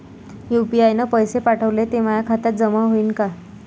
UPI न पैसे पाठवले, ते माया खात्यात जमा होईन का?